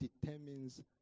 determines